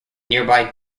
nearby